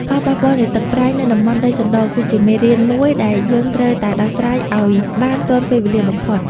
ផលប៉ះពាល់នៃទឹកប្រៃនៅតំបន់ដីសណ្តគឺជាមេរៀនមួយដែលយើងត្រូវតែដោះស្រាយឱ្យបានទាន់ពេលវេលាបំផុត។